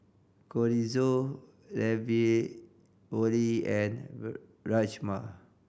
Chorizo Ravioli and Rajma